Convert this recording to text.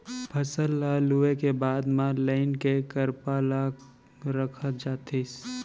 फसल ल लूए के बाद म लाइन ले करपा ल रखत जातिस